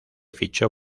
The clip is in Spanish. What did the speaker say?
fichó